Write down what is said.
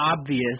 obvious